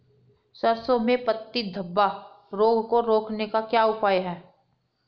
सरसों में पत्ती धब्बा रोग को रोकने का क्या उपाय है?